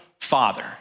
father